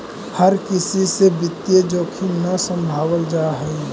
हर किसी से वित्तीय जोखिम न सम्भावल जा हई